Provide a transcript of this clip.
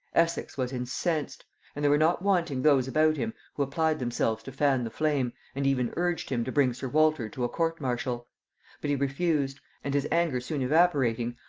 essex was incensed and there were not wanting those about him who applied themselves to fan the flame, and even urged him to bring sir walter to a court-martial but he refused and his anger soon evaporating,